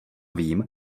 vím